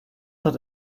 hat